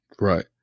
Right